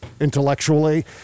intellectually